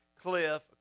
cliff